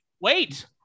Wait